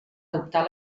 adoptar